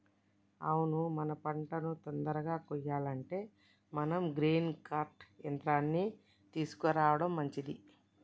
అవును మన పంటను తొందరగా కొయ్యాలంటే మనం గ్రెయిల్ కర్ట్ యంత్రాన్ని తీసుకురావడం మంచిది